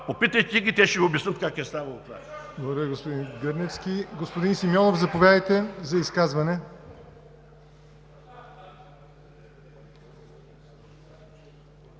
попитайте ги, те ще Ви обяснят как е ставало това.